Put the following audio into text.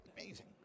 Amazing